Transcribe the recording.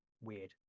weird